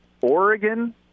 Oregon